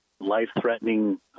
life-threatening